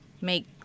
make